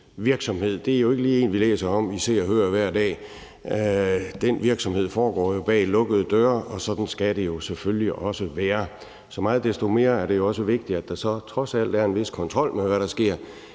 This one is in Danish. virksomhed er jo ikke lige en, vi læser om i SE og HØR hver dag. Den virksomhed foregår jo bag lukkede døre, og sådan skal det selvfølgelig også være. Så meget desto mere er det også vigtigt, at der så trods alt er en vis kontrol med, hvad der sker